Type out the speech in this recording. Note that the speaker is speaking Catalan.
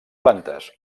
plantes